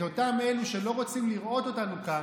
את אותם אלו שלא רוצים לראות אותנו כאן,